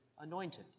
anointed